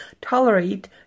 tolerate